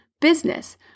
business